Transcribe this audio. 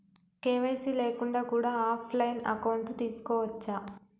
KYC లేకుండా కూడా offline account తీసుకోవచ్చా?